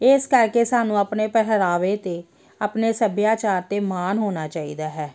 ਇਸ ਕਰਕੇ ਸਾਨੂੰ ਆਪਣੇ ਪਹਿਰਾਵੇ 'ਤੇ ਆਪਣੇ ਸੱਭਿਆਚਾਰ 'ਤੇ ਮਾਣ ਹੋਣਾ ਚਾਹੀਦਾ ਹੈ